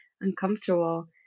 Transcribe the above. uncomfortable